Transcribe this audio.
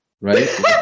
right